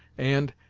and,